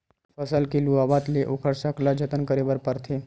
फसल के लुवावत ले ओखर सकला जतन करे बर परथे